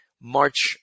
March